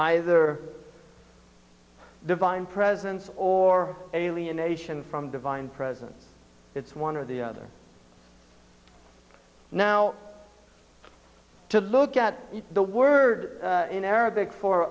either divine presence or alienation from divine presence it's one or the other now to look at the word in arabic for